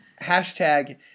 Hashtag